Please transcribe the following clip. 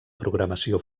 programació